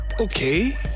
Okay